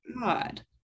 god